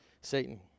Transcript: Satan